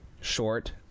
short